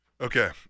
Okay